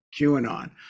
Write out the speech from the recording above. QAnon